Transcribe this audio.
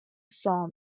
saw